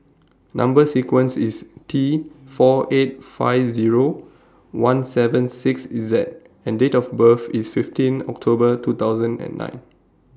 Number sequence IS T four eight five Zero one seven six Z and Date of birth IS fifteen October two thousand and nine